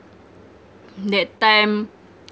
that time